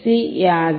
C யாது